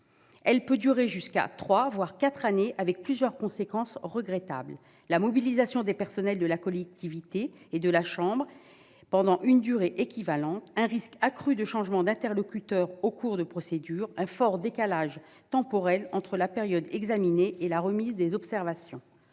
Elle peut durer jusqu'à trois, voire quatre années, avec plusieurs conséquences regrettables : la mobilisation des personnels de la collectivité et de la chambre pendant une telle durée, le risque accru d'un changement d'interlocuteurs en cours de procédure, un fort décalage temporel entre la période examinée et la remise des observations.